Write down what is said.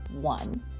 one